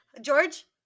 George